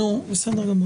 בסדר גמור.